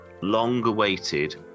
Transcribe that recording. long-awaited